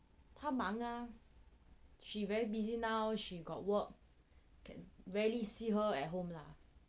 他忙啊 she very busy now she got work rarely see her at home lah